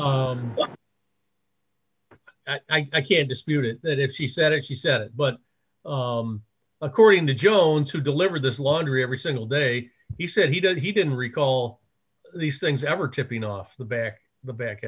record i can't dispute it that if he said it he said but according to jones who delivered this laundry every single day he said he did he didn't recall these things ever tipping off the back